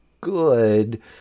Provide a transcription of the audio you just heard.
good